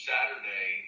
Saturday